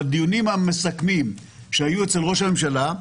בדיונים המסכמים שהיו אצל ראש הממשלה,